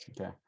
okay